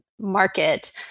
market